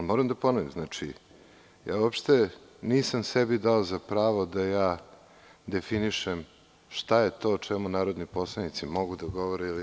Moram da ponovim, uopšte nisam sebi dao za pravo da definišem šta je to o čemu narodni poslanici mogu da govore ili ne.